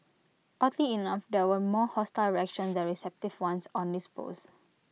oddly enough there were more hostile reaction than receptive ones on his post